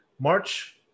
march